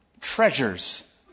treasures